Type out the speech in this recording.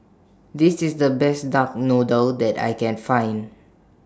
This IS The Best Duck Noodle that I Can Find